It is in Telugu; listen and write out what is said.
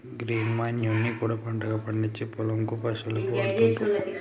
గ్రీన్ మన్యుర్ ని కూడా పంటగా పండిచ్చి పొలం కు పశువులకు వాడుతాండ్లు